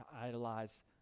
idolize